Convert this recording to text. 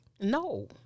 No